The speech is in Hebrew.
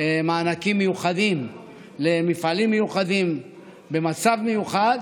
מענקים מיוחדים למפעלים מיוחדים במצב מיוחד,